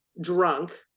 drunk